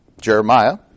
Jeremiah